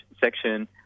section